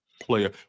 Player